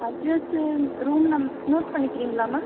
address room நம் note பண்ணிக்கிறீங்களா ma'am